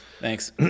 Thanks